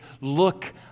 look